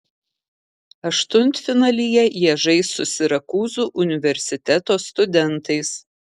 aštuntfinalyje jie žais su sirakūzų universiteto studentais